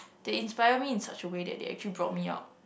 they inspired me in such a way that they actually brought me out